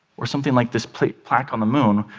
or something like this plaque plaque on the moon,